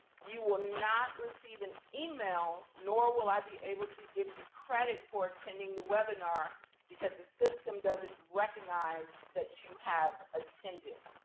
you will not receive an email nor will i be able to give you credit for attending the webinar because the system doesn't recognize that you have attended.